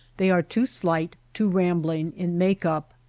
they are too slight, too rambling in make-up.